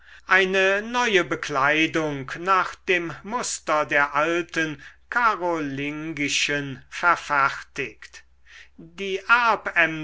eine neue bekleidung nach dem muster der alten karolingischen verfertigt die